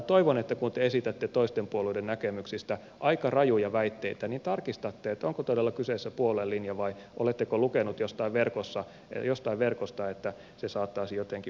toivon että kun te esitätte toisten puolueiden näkemyksistä aika rajuja väitteitä niin tarkistatte onko todella kyseessä puolueen linja vai oletteko lukenut jostain verkosta että se saattaisi jotenkin puolueeseen liittyä